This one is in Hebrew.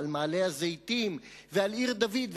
על מעלה-הזיתים ועל עיר-דוד,